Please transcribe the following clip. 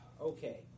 Okay